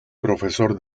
profesor